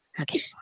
Okay